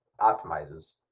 optimizes